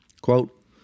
quote